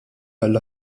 għall